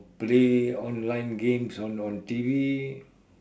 play online games on on T_V